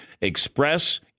Express